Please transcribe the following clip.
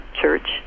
church